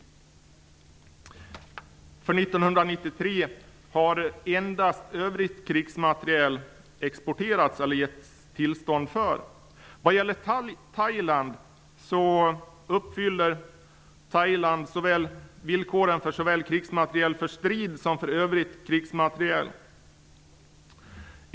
Under 1993 har export skett eller tillstånd beviljats endast för övrig krigsmateriel. Thailand uppfyller villkoren såväl för krigsmateriel för strid som för övrig krigsmateriel.